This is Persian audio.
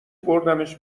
بردمش